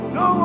no